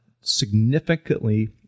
significantly